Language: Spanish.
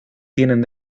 tienen